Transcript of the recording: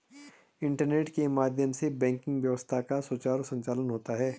internet के माध्यम से बैंकिंग व्यवस्था का सुचारु संचालन होता है